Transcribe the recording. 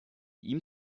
ihm